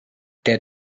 der